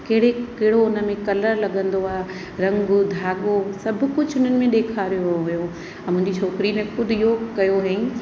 कहिड़े कहिड़ो उन में कलर लॻंदो आहे रंग धागो सभु कुझु हुननि में ॾेखारियो वियो ऐं मुंहिंजी छोकिरी ने ख़ुदि इहो कयो हुअईं